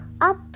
up